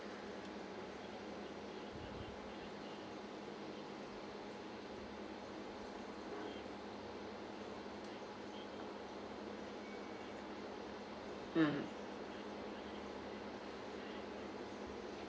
mm